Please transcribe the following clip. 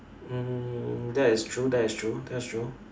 mm that is true that is true that's true